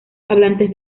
hablantes